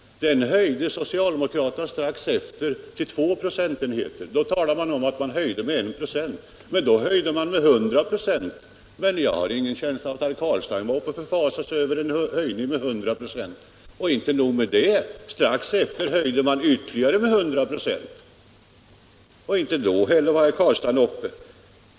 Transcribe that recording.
Socialdemokraterna höjde den strax efteråt till två procentenheter. Då talade man om att man höjde avgiften med en procent, men i själva verket höjde man den med 100 96. Jag har inget minne av att herr Carlstein den gången förfasade sig över den hundraprocentiga höjningen. Och inte nog med det. Strax därpå höjdes avgiften med ytterligare 100 26 och inte heller då var herr Carlstein uppe i talarstolen och protesterade.